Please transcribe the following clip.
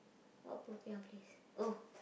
what popiah place oh